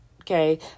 okay